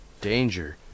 danger